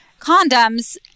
condoms